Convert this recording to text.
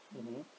mmhmm